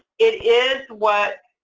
it is what